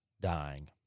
dying